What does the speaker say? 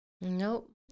Nope